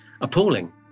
appalling